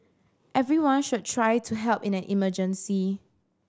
everyone should try to help in an emergency